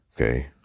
okay